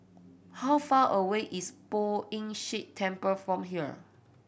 how far away is Poh Ern Shih Temple from here